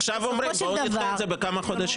עכשיו אומרים, בואו נדחה את זה בכמה חודשים.